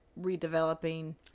redeveloping